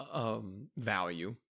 value